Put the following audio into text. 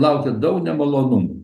laukia daug nemalonumų